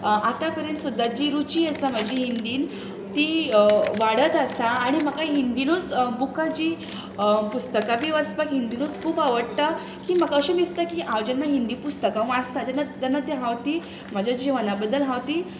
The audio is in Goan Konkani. आतां पर्यंत सुद्दां जी रूची आसा म्हजी हिंदीन ती वाडत आसा आनी म्हाका हिंदीनूच बुकां जीं पुस्तकां बी वाचपाक हिंदीनूच खूब आवडटा की म्हाका अशें दिसता की हांव जेन्ना हिंदी पुस्तकां वाचता जेन्ना जेन्ना तीं हांव तीं म्हज्या जिवना बद्दल हांव तीं